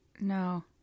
No